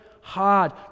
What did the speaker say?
hard